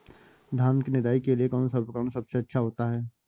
धान की निदाई के लिए कौन सा उपकरण सबसे अच्छा होता है?